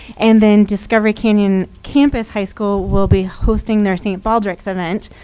and then discovery canyon campus high school will be hosting their st. baldrick's event.